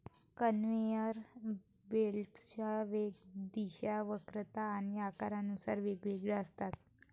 conveyor बेल्टच्या वेग, दिशा, वक्रता आणि आकारानुसार वेगवेगळ्या असतात